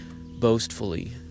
boastfully